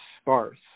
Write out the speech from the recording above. sparse